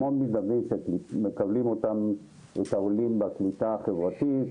המון מתנדבים שמקבלים את העולים בקליטה החברתית,